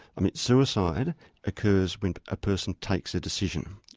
i mean suicide occurs when a person takes a decision,